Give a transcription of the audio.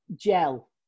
gel